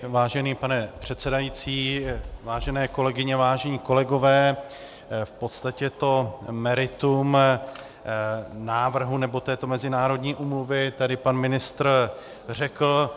Vážený pane předsedající, vážené kolegyně, vážení kolegové, v podstatě meritum návrhu nebo této mezinárodní úmluvy tady pan ministr řekl.